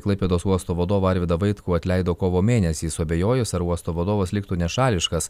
klaipėdos uosto vadovą arvydą vaitkų atleido kovo mėnesį suabejojus ar uosto vadovas liktų nešališkas